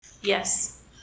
Yes